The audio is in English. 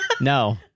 no